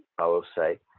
i will say,